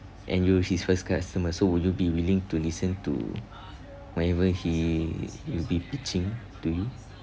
and you're his first customers would you be willing to listen to whatever he he'll be pitching to you